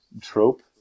trope